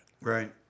Right